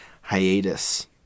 hiatus